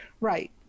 right